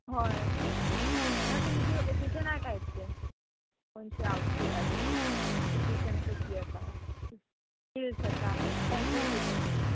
हय म्हणल्यार तुमचे ओकेजना टायप तें अशें आवट फिटाचेर ओकेजन कसलें आसा हिल्स आसा पेन्सील हिल्स आसा